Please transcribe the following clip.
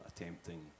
attempting